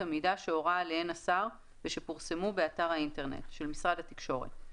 מידה שהורה עליהן השר ושפורסמו באתר האינטרנט של משרד התקשורת,